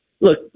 look